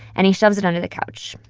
and he shoves it under the couch.